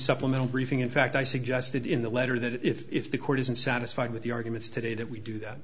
supplemental briefing in fact i suggested in the letter that if the court isn't satisfied with the arguments today that we do that